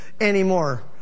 anymore